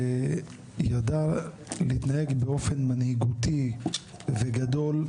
וידע להתנהג באופן מנהיגותי וגדול,